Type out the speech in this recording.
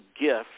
gift